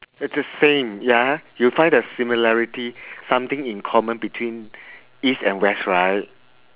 it's the same ya you find the similarity something in common between east and west right